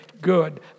good